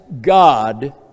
God